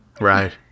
Right